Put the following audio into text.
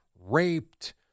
raped